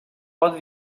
pot